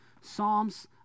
Psalms